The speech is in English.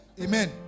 amen